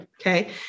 okay